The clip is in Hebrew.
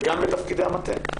וגם בתפקידי המטה,